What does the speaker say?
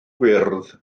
gwyrdd